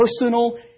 personal